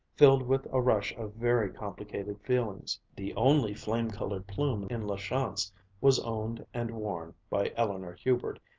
filled with a rush of very complicated feelings. the only flame-colored plume in la chance was owned and worn by eleanor hubert,